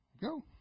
go